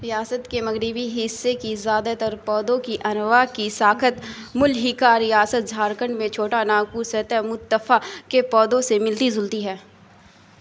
ریاست کے مغربی حصے کی زیادہ تر پودوں کی انواع کی ساخت ملحقہ ریاست جھارکنڈ میں چھوٹا ناگپور سیتہ متفع کے پودوں سے ملتی جلتی ہے